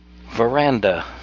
Veranda